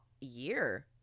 year